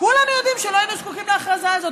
כולם יודעים שלא היינו זקוקים להכרזה הזאת.